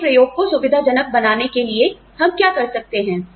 आपके प्रयोग को सुविधाजनक बनाने के लिए हम क्या कर सकते हैं